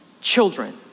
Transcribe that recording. Children